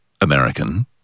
American